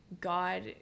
God